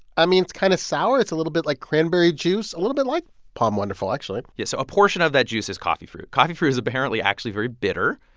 i mean, it's kind of sour. it's a little bit like cranberry juice, a little bit like pom wonderful, actually yeah. so a portion of that juice is coffee fruit. coffee fruit is apparently actually very bitter.